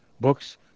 Books